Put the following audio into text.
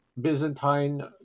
Byzantine